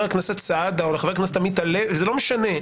הכנסת סעדה או לחבר הכנסת עמית הלוי הוא לא משנה,